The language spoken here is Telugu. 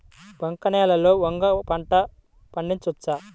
బంక నేలలో వంగ పంట పండించవచ్చా?